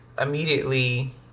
immediately